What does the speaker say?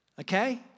Okay